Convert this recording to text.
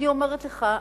אני אומרת לך,